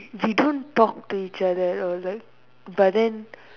we don't talk to each other all that but then